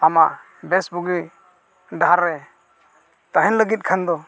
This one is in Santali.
ᱟᱢᱟᱜ ᱵᱮᱥᱼᱵᱩᱜᱤ ᱰᱟᱦᱟᱨ ᱨᱮ ᱛᱟᱦᱮᱱ ᱞᱟᱹᱲᱜᱤᱫ ᱠᱷᱟᱱ ᱫᱚ